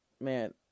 man